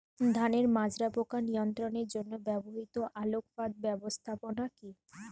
ধানের মাজরা পোকা নিয়ন্ত্রণের জন্য ব্যবহৃত আলোক ফাঁদ ব্যবস্থাপনা কি?